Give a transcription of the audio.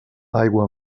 aigua